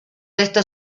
esto